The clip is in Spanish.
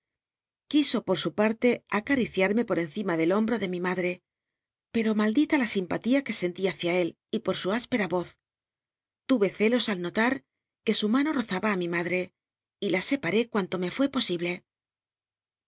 quiso por su parle acariciarme por encima del hombro de mi madre pero maldita la simpatía que sentí hácia él y por su cispera voz tu c celos que su mano rozaba i mi madre y la separé cuanto me fué posible